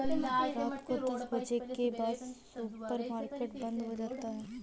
रात को दस बजे के बाद सुपर मार्केट बंद हो जाता है